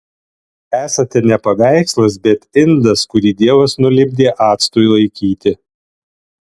esate ne paveikslas bet indas kurį dievas nulipdė actui laikyti